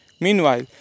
Meanwhile